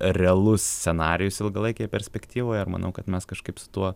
realus scenarijus ilgalaikėje perspektyvoje ir manau kad mes kažkaip su tuo